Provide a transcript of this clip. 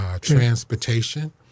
Transportation